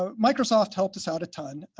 um microsoft helped us out a ton.